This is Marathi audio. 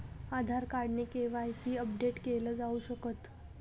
आधार कार्ड ने के.वाय.सी अपडेट केल जाऊ शकत